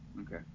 Okay